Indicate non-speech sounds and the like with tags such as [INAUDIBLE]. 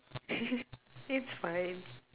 [LAUGHS] it's fine